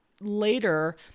later